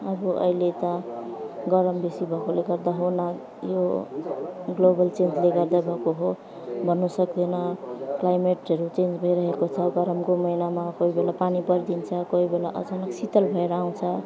अब अहिले त गरम बेसी भएकोले गर्दा होला यो ग्लोबल चेन्जले गर्दा भएको हो भन्नु सक्दैन क्लाइमेटहरू चेन्ज भइरहेको छ गरमको महिनामा कोही बेला पानी परिदिन्छ कोही बेला अचानक शीत्तल भएर आउँछ